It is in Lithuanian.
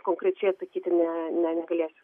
konkrečiai atsakyti ne ne negalėsiu